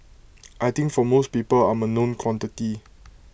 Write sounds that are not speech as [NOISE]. [UNINTELLIGIBLE] I think for most people I'm A known quantity